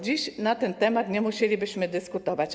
Dziś na ten temat nie musielibyśmy dyskutować.